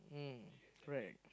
mm correct